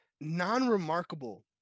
non-remarkable